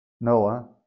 Noah